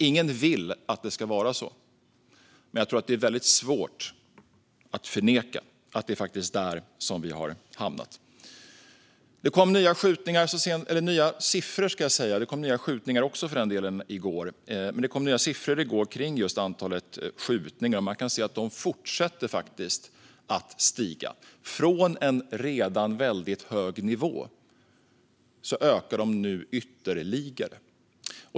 Ingen vill att det ska vara så, men jag tror att det är väldigt svårt att förneka att det faktiskt är där som vi har hamnat. Det kom nya siffror i går om just antalet skjutningar. Man kan se att de fortsätter att stiga från en redan väldigt hög nivå.